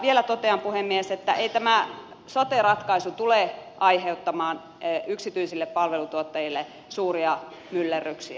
vielä totean puhemies että ei tämä sote ratkaisu tule aiheuttamaan yksityisille palvelutuottajille suuria myllerryksiä